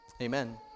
amen